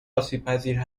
آسیبپذیر